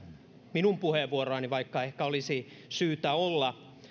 minun puheenvuoroani vaikka ehkä olisi syytä olla